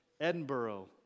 Edinburgh